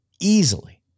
easily